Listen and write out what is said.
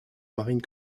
marine